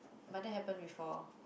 but that happened before